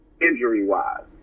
injury-wise